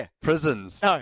prisons